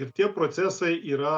ir tie procesai yra